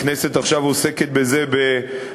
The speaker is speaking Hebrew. הכנסת עכשיו עוסקת בזה בהרחבה,